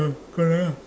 correct ah